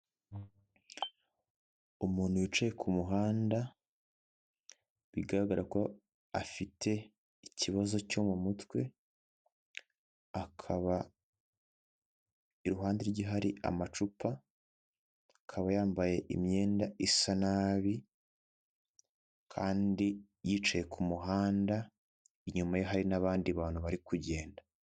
Umuntu wicaye kumuhanda bigaragara ko afite ikibazo cyo mu mutwe akaba iruhande rwe hari amacupa akaba yambaye imyenda isa nabi, kandi yicaye kumuhanda inyuma ye hari n'abandi bantu bari kugenda.